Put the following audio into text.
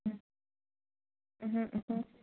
ꯎꯝ ꯎꯍꯨꯝ ꯎꯍꯨꯝ